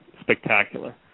spectacular